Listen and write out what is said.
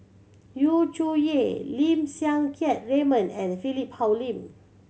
Yu Zhuye Lim Siang Keat Raymond and Philip Hoalim